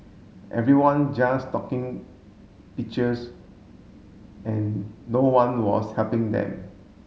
everyone just talking pictures and no one was helping them